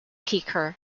kicker